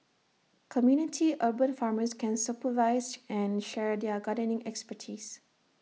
community 'urban farmers' can supervise and share their gardening expertise